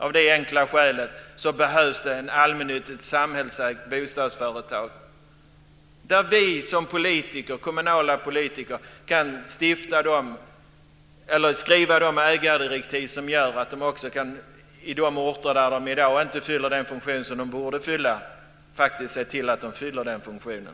Av det enkla skälet behövs det allmännyttiga, samhällsägda bostadsföretag där vi som politiker, kommunala politiker, kan skriva de ägardirektiv som gör att vi på de orter där de i dag inte fyller den funktion som de borde fylla faktiskt ser till att de fyller den funktionen.